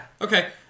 Okay